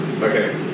Okay